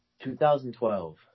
2012